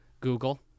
Google